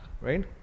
right